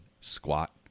squat